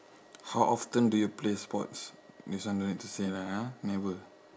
how often do you play sports this I one don't need to say lah ha never